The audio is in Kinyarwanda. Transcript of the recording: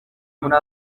muri